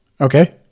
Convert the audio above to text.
Okay